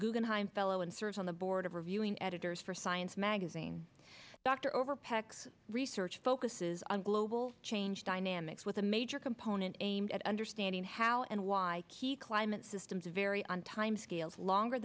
guggenheim fellow and serves on the board of reviewing editors for science magazine dr over pecks research focuses on global change dynamics with a major compile aimed at understanding how and why he climate systems vary on timescales longer